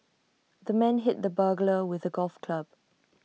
the man hit the burglar with A golf club